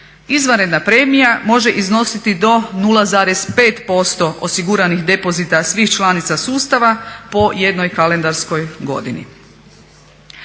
Izvanredna premija može iznositi do 0,5% osiguranih depozita svih članica sustava po jednoj kalendarskoj godini.